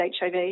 HIV